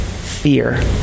Fear